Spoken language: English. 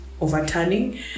overturning